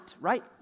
right